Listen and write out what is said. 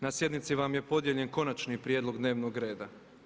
Na sjednici vam je podijeljen konačni prijedlog dnevnog reda.